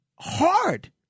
hard